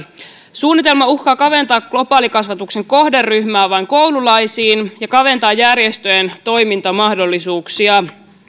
suunnitelma uhkaa kaventaa globaalikasvatuksen kohderyhmää vain koululaisiin ja kaventaa järjestöjen toimintamahdollisuuksia